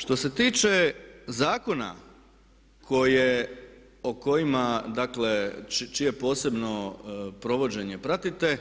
Što se tiče zakona koje, o kojima dakle, čije posebno provođenje pratite